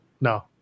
No